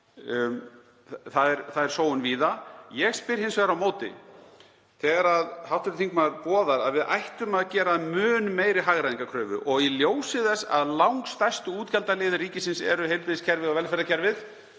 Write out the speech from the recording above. Það er sóun víða. Ég spyr hins vegar á móti þegar hv. þingmaður boðar að við ættum að gera mun meiri hagræðingarkröfu og í ljósi þess að langstærsti útgjaldaliður ríkisins er heilbrigðiskerfið og velferðarkerfið: